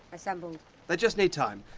assembled. they just need time.